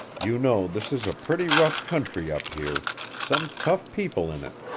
you know this is a pretty rough country up here some tough people in it,